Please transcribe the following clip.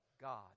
God